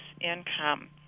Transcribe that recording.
income